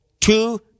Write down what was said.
two